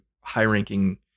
high-ranking